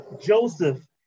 Joseph